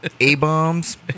A-bombs